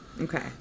Okay